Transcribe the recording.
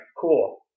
cool